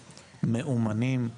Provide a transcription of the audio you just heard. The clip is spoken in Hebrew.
מאומנים,